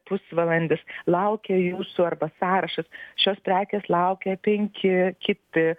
pusvalandis laukia jūsų arba sąrašas šios prekės laukia penki kiti